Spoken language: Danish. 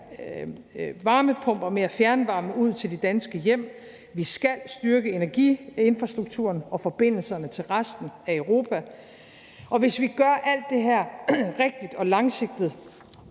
varmepumper og mere fjernvarme ud til de danske hjem, vi skal styrke energiinfrastrukturen og forbindelserne til resten af Europa. Hvis vi gør alt det her rigtigt og langsigtet,